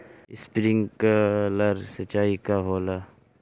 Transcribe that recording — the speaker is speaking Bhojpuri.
स्प्रिंकलर सिंचाई का होला?